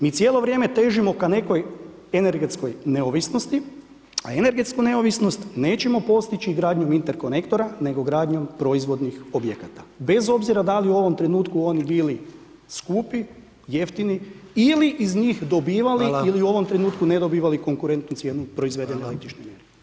Mi cijelo vrijeme težimo k nekoj energetskoj neovisnosti, a energetsku neovisnost nećemo postići gradnjom interkonektora nego gradnjom proizvodnih objekata, bez obzira da li u ovom trenutku oni bili skupi, jeftini ili iz njih dobivali ili u ovom trenutku ne dobivali konkurentnu cijenu proizvedene električne energije.